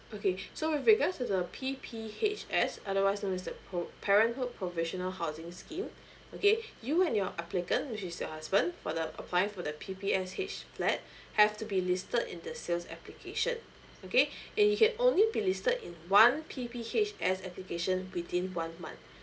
okay so with regards to the P_P_H_S otherwise knows as the pro~ parenthood provisional housing scheme okay you and your applicant which is your husband for the applying for the P_P_H_S flat have to be listed in the sales application okay and you can only be listed in one P_P_H_S application within one month